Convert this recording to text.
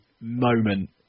moment